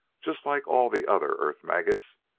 just like all the other earth-maggots,